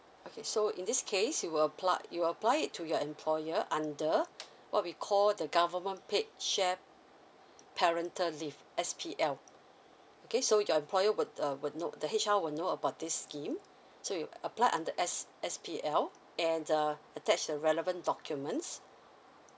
okay so in this case you will apply you will apply it to your employer under what we call the government paid shared parental leave S_P_L okay so your employer will um will know the H_R will know about this scheme so you apply under S S_P_L and uh attach the relevant documents